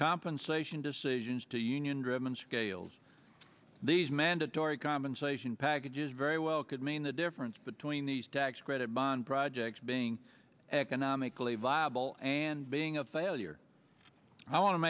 compensation decisions to union driven scales these mandatory compensation packages very well could mean the difference between these tax credit bond projects being economically viable and being a failure i want to